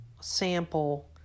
sample